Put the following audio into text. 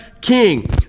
King